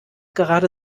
gerade